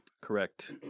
Correct